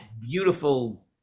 beautiful